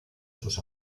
sus